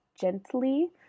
gently